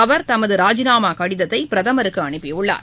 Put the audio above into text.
அவர் தமது ராஜினாமா கடித்தை பிரதமருக்கு அனுப்பியுள்ளார்